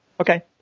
Okay